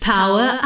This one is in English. Power